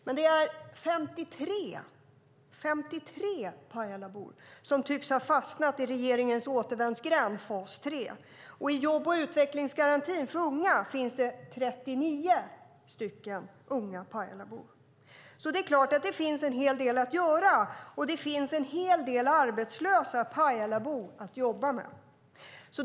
Men det är 53 Pajalabor som tycks ha fastnat i regeringens återvändsgränd, fas 3. I jobb och utvecklingsgarantin för unga finns det 39 Pajalabor. Det är klart att det finns en hel del att göra, och det finns en hel del arbetslösa Pajalabor att jobba med.